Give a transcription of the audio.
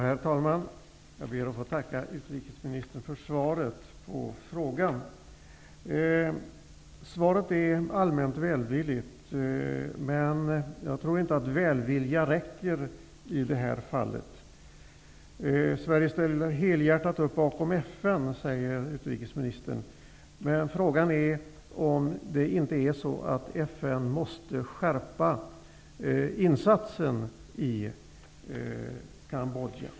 Herr talman! Jag ber att få tacka utrikesministern för svaret på frågan. Svaret är allmänt välvilligt, men jag tror inte att välvilja räcker i det här fallet. Sverige ställer helhjärtat upp bakom FN, säger utrikesministern, men frågan är om inte FN måste skärpa insatsen i Cambodja.